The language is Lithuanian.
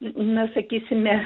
na sakysime